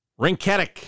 Rinketic